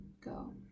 go